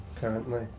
currently